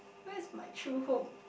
where is my true home